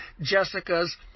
Jessica's